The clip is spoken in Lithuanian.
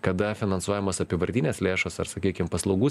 kada finansuojamos apyvartinės lėšos ar sakykim paslaugų